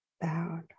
bowed